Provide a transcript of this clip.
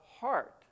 heart